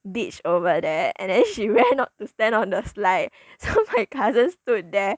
beach over there and then she ran out to stand on the slide so my cousin stood there